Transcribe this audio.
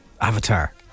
Avatar